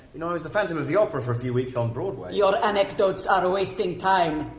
know, i was the phantom of the opera for a few weeks on broadway your anecdotes are wasting time.